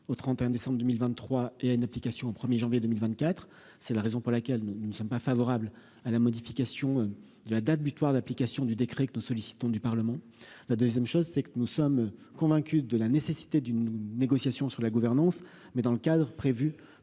au 31 décembre 2023 et à une application au 1er janvier 2024 c'est la raison pour laquelle nous nous ne sommes pas favorables à la modification de la date butoir d'application du décret que nous sollicitons du Parlement la 2ème chose, c'est que nous sommes convaincus de la nécessité d'une négociation sur la gouvernance, mais dans le cadre prévu